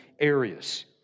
areas